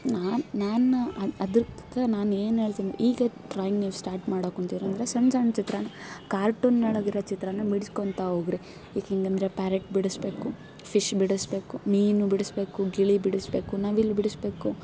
ನಾನು ನನ್ನ ಅದು ಅದಕ್ಕೆ ನಾನೇನು ಹೇಳ್ತೀನಿ ಈಗ ಡ್ರಾಯಿಂಗ್ ನೀವು ಸ್ಟಾರ್ಟ್ ಮಾಡೋಕೆ ಕೂತಿರೆಂದ್ರೆ ಸಣ್ಣ ಸಣ್ಣ ಚಿತ್ರನ ಕಾರ್ಟುನ್ನೊಳಗಿರೊ ಚಿತ್ರನ ಬಿಡ್ಸ್ಕೊಳ್ತಾ ಹೋಗಿರಿ ಏಕಿಂಗಂದ್ರೆ ಪ್ಯಾರೆಟ್ ಬಿಡಿಸಬೇಕು ಫಿಶ್ ಬಿಡಿಸಬೇಕು ಮೀನು ಬಿಡಿಸಬೇಕು ಗಿಳಿ ಬಿಡಿಸಬೇಕು ನವಿಲು ಬಿಡಿಸಬೇಕು